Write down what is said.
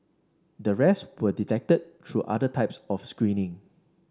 the rest were detected through other types of screening